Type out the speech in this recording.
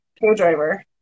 co-driver